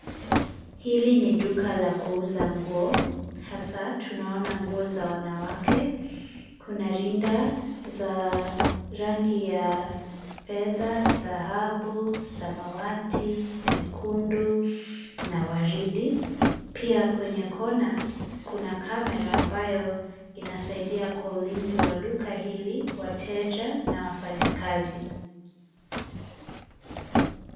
Hili ni duka la kuuza nguo, hasaa tunaona nguo za wanawake. Kuna rinda za rangi ya fedha, dhahabu, samawati, nyekundu na waridi. Pia kwenye kona kuna kamera ambayo inasaidia kwa ulinzi wa duka hili, wateja na wafanyikazi.